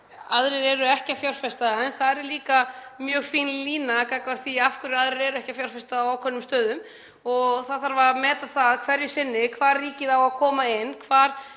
aðrir eru ekki að fjárfesta. En þar er líka mjög fín lína gagnvart því af hverju aðrir eru ekki að fjárfesta á ákveðnum stöðum og það þarf að meta það hverju sinni hvar ríkið á að koma inn, hvar